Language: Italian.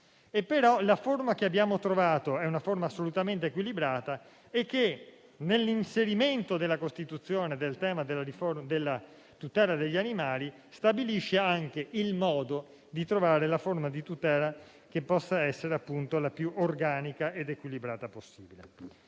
La forma che abbiamo trovato, però, è assolutamente equilibrata e, nell'inserimento nella Costituzione del tema della tutela degli animali, stabilisce anche il modo di trovare la forma di tutela che possa essere la più organica ed equilibrata possibile.